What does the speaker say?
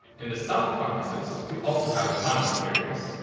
in the south caucasus we also have autonomous areas,